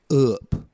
up